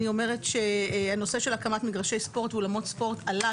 הנושא של הקמת מגרשי ספורט ואולמות ספורט עלה